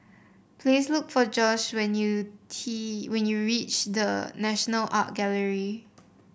please look for Josh when you T when you reach The National Art Gallery